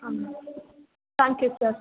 ಹಾಂ thank you sir